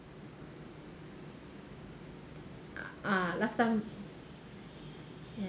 ah last time